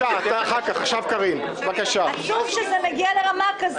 קארין, ואז מאיר כהן.